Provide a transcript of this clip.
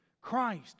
Christ